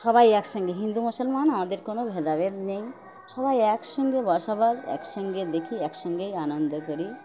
সবাই একসঙ্গে হিন্দু মুসলমান আমাদের কোনো ভেদাভেদ নেই সবাই একসঙ্গে বসবাস একসঙ্গে দেখি একসঙ্গেই আনন্দ করি